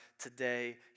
today